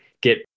get